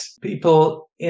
people